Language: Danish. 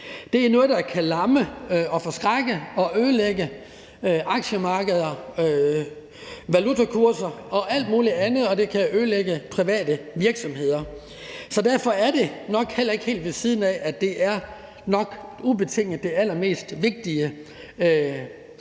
Det er noget, der kan lamme, forskrække og ødelægge aktiemarkeder, valutakurser og alt muligt andet, og det kan ødelægge private virksomheder. Derfor er det nok heller ikke helt ved siden af, at det ubetinget er det allermest vigtige at have